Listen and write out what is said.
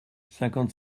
cinquante